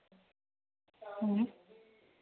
ᱦᱩᱸ